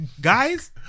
Guys